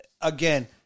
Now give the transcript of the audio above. again